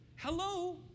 hello